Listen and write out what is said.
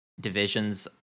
divisions